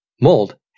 mold